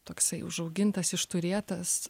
toksai užaugintas išturėtas